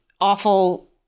awful